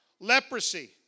Leprosy